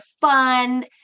fun